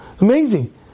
amazing